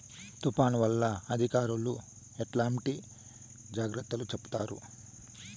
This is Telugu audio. తుఫాను వల్ల అధికారులు ఎట్లాంటి జాగ్రత్తలు చెప్తారు?